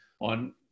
on